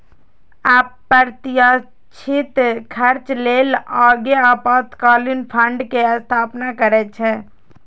अप्रत्याशित खर्च लेल लोग आपातकालीन फंड के स्थापना करै छै